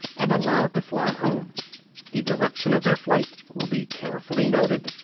and allowed to fly home the direction of their flight will be carefully noted,